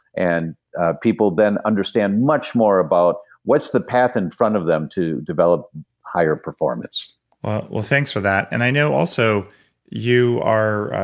and people then understand much more about what's the path in front of them to develop higher performance well, thanks for that. and i know also you are.